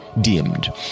dimmed